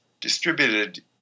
distributed